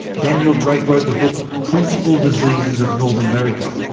daniel drake wrote the book principal diseases of north america.